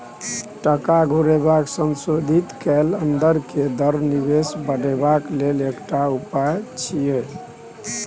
टका घुरेबाक संशोधित कैल अंदर के दर निवेश बढ़ेबाक लेल एकटा उपाय छिएय